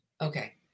Okay